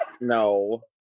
No